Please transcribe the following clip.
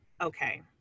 okay